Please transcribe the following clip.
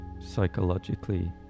psychologically